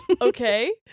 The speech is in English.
Okay